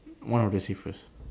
one of the safest